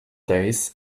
days